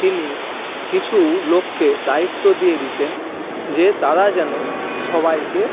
তিনি কিছু লোককে দায়িত্ব দিয়ে দিতেন যে তারা যেন সবাইকে